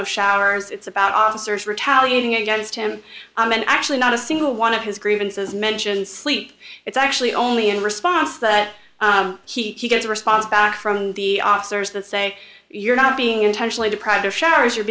of showers it's about officers retaliating against him and actually not a single one of his grievances mentions sleep it's actually only in response that he gets a response back from the officers that say you're not being intentionally deprived or sheriff you're